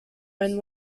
own